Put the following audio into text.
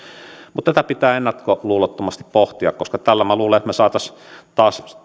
mutta tätä pitää ennakkoluulottomasti pohtia koska luulen että tällä me saisimme taas